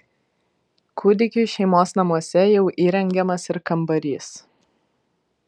kūdikiui šeimos namuose jau įrengiamas ir kambarys